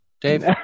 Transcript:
Dave